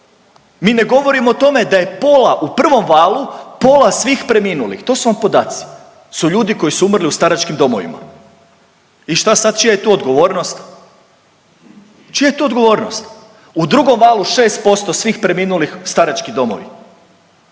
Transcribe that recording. mi ne govorimo o tome da je pola u prvom valu, pola svih preminulih. To su vam podaci su ljudi koji su umrli u staračkim domovima i šta sad čija je tu odgovornost? Čija je tu odgovornost? U drugom valu 6% svih preminulih starački domovi.